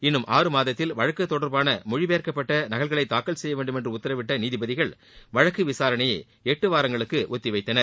இன்னும் ஆறு மாதத்தில் வழக்கு தொடர்பான மொழிபெயர்க்கப்பட்ட நகல்களை தாக்கல் செய்ய வேண்டும் என்று உத்தரவிட்ட நீதிபதிகள் வழக்கு விசாரணையை எட்டு வாரங்களுக்கு ஒத்தி வைத்தனர்